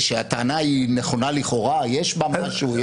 שהטענה היא נכונה לכאורה, יש בה משהו.